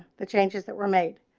the changes that were made